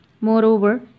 Moreover